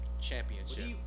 Championship